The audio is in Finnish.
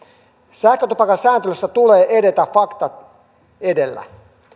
sähkötupakan sääntelyssä tulee edetä faktat edellä